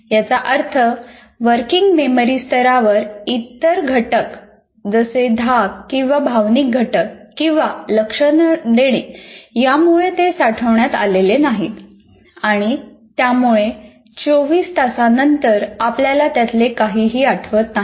याचा अर्थ working memory स्तरावर इतर घटक जसे धाक किंवा भावनिक घटक किंवा लक्ष न देणे यामुळे ते साठवण्यात आलेले नाहीत आणि त्यामुळे चोवीस तासानंतर आपल्याला त्यातले काही आठवत नाही